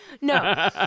No